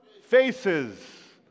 faces